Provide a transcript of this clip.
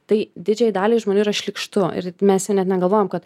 tai didžiajai daliai žmonių yra šlykštu ir mes net negalvojam kad